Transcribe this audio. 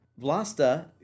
Vlasta